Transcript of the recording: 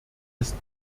ist